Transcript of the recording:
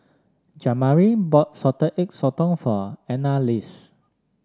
Jamari bought Salted Egg Sotong for Annalise